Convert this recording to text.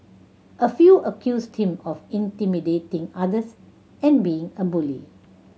a few accused him of intimidating others and being a bully